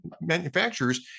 manufacturers